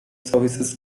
services